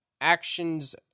actions